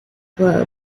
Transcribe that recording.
club